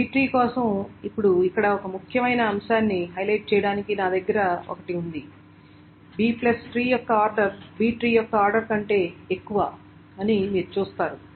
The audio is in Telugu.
B ట్రీ కోసం ఇప్పుడు ఇక్కడ ఒక ముఖ్యమైన అంశాన్ని హైలైట్ చేయడానికి నా దగ్గర ఒకటి ఉంది Bట్రీ యొక్క ఆర్డర్ B ట్రీ యొక్క ఆర్డర్ కంటే ఎక్కువ అని మీరు చూస్తారు